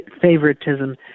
favoritism